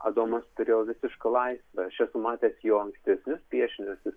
adomas turėjo visišką laisvę aš esu matęs jo ankstesnius piešinius